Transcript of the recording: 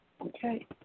Okay